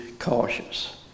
cautious